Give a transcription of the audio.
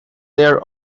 layer